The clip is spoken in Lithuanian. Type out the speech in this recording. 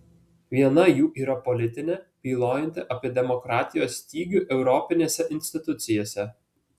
viena jų yra politinė bylojanti apie demokratijos stygių europinėse institucijose